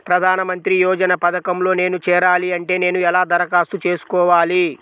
ప్రధాన మంత్రి యోజన పథకంలో నేను చేరాలి అంటే నేను ఎలా దరఖాస్తు చేసుకోవాలి?